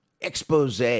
expose